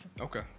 okay